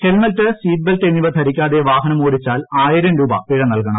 helmet seat belt എന്നിവ ധരിക്കാതെ വാഹനം ഓടിച്ചാൽ ആയിരം രൂപ പിഴ നൽകണം